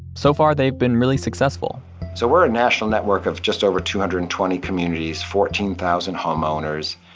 so far they've been really successful so we're a national network of just over two hundred and twenty communities, fourteen thousand homeowners,